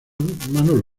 manolo